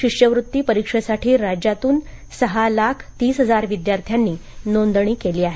शिष्यवृत्ती परीक्षेसाठी राज्यातून सहा लाख तीस हजार विद्यार्थ्यांनी नोंदणी केली आहे